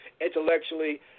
intellectually